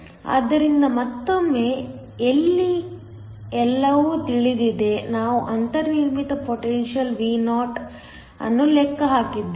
ಆದ್ದರಿಂದ ಮತ್ತೊಮ್ಮೆ ಇಲ್ಲಿ ಎಲ್ಲವೂ ತಿಳಿದಿದೆ ನಾವು ಅಂತರ್ನಿರ್ಮಿತ ಪೊಟೆನ್ಶಿಯಲ್ Vo ಅನ್ನು ಲೆಕ್ಕ ಹಾಕಿದ್ದೇವೆ